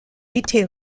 été